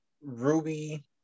Ruby